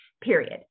period